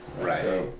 Right